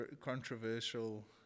controversial